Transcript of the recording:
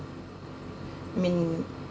I mean